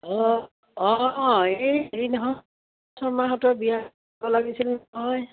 অঁ অঁ এই হেৰি নহয় শৰ্মাহঁতৰ বিয়া যাব লাগিছিল নহয়